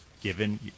given